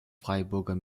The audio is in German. freiburger